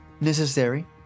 necessary